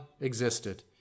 existed